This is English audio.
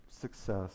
success